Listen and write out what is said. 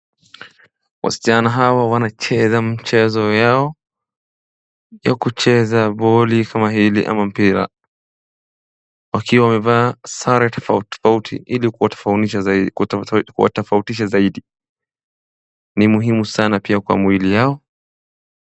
Wasichana hawa wanacheza michezo yao ya kucheza boli ama mpira wakiwa wamevaa sare tofauti tofauti ili kuwatofautisha zaidi. Ni muhimu sana pia kwa mwili yao.